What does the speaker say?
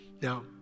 Now